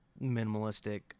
minimalistic